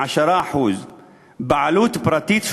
10%; בעלות פרטית,